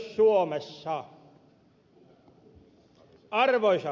arvoisa puhemies